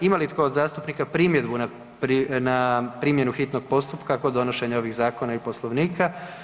Ima li tko od zastupnika primjedbu na primjenu hitnog postupka kod donošenja ovih zakona i poslovnika?